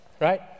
right